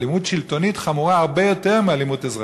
אבל אלימות שלטונית חמורה הרבה יותר מאלימות אזרחית.